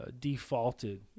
defaulted